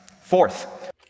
Fourth